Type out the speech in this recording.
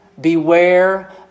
Beware